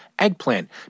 eggplant